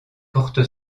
porte